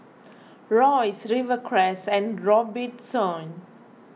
Royce Rivercrest and Robitussin